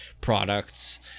products